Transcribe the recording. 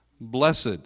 Blessed